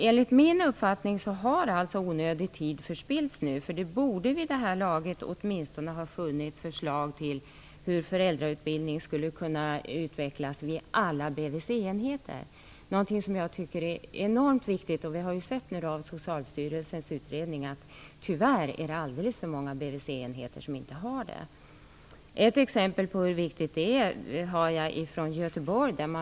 Enligt min uppfattning har onödig tid nu förspillts; vid där här laget borde det åtminstone ha funnits förslag till hur föräldrautbildning skulle kunna utvecklas vid alla BVC-enheter. Detta tycker jag är enormt viktigt. Vi har nu sett av Socialstyrelsens utredning att det tyvärr är alldeles för många BVC-enheter som inte har det här. Jag har ett exempel från Göteborg på hur viktigt detta är.